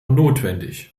notwendig